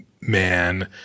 man